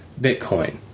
Bitcoin